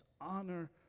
honor